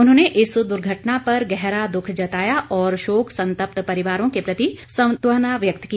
उन्होंने इस दुर्घटना पर गहरा दुख जताया और शोक संतप्त परिवारों के प्रति सांत्वना व्यक्त की